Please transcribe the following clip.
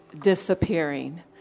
disappearing